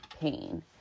pain